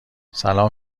سلام